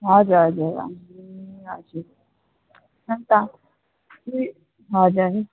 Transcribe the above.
हजुर हजुर ए हजुर अन्त हजुर